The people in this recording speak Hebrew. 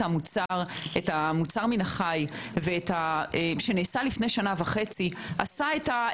המוצר מן החי שנעשה לפני שנה וחצי עשה את,